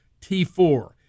T4